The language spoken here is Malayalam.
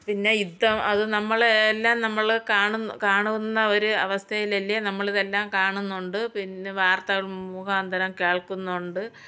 പിന്നെ യുദ്ധം അത് നമ്മളെ എല്ലാം നമ്മൾ കാണു കാണുന്ന ഒരു അവസ്ഥയിലല്ലേ നമ്മൾ ഇതെല്ലാം കാണുന്നുൻ പിന്നെ വാർത്തകൾ മുഖാന്തരം കേൾക്കുന്നുണ്ട്